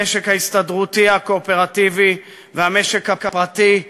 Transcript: המשק ההסתדרותי הקואופרטיבי והמשק הפרטי,